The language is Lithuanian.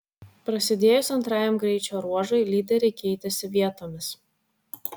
prasidėjus antrajam greičio ruožui lyderiai keitėsi vietomis